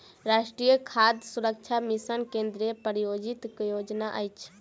राष्ट्रीय खाद्य सुरक्षा मिशन केंद्रीय प्रायोजित योजना अछि